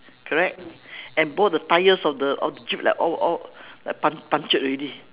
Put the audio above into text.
correct and both the tires of the of the jeep like all all like pun~ punctured already